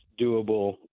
doable